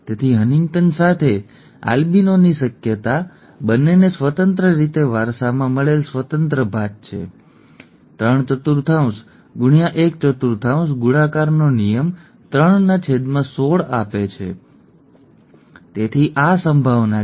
તેથી હન્ટિંગ્ટન સાથે આલ્બિનોની શક્યતા બંનેને સ્વતંત્ર રીતે વારસામાં મળેલ સ્વતંત્ર ભાત છે 34 x 14 ગુણાકારનો નિયમ 316 આપે છે તેથી આ સંભાવના છે